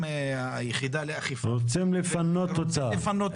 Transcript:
היחידה לאכיפה ורוצים לפנות אותו --- רוצים לפנות אותה,